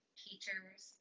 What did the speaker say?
teachers